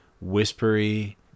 whispery